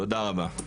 תודה רבה.